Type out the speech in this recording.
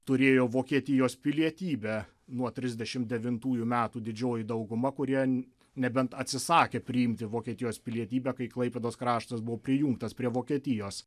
turėjo vokietijos pilietybę nuo trisdešim devintųjų metų didžioji dauguma kurie nebent atsisakė priimti vokietijos pilietybę kai klaipėdos kraštas buvo prijungtas prie vokietijos